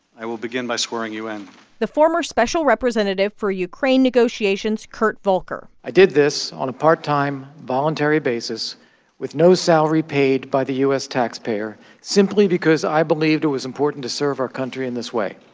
i will begin by swearing you in the former special representative for ukraine negotiations kurt volker i did this on a part-time, voluntary basis with no salary paid by the u s. taxpayer simply because i believed it was important to serve our country in this way.